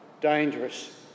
dangerous